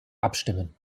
abstimmen